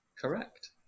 Correct